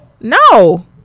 No